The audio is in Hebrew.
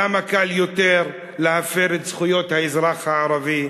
למה קל יותר להפר את זכויות האזרח הערבי?